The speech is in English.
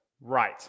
Right